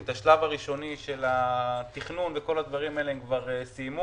את השלב הראשוני של התכנון וכל הדברים האלה הם כבר סיימו.